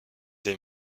des